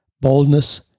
boldness